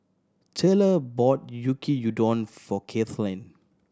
Tayla bought Yaki Udon for Kaitlynn